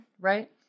right